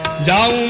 da